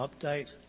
update